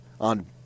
on